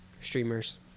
streamers